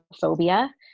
phobia